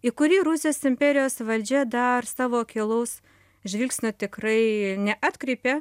į kurį rusijos imperijos valdžia dar savo akylaus žvilgsnio tikrai neatkreipė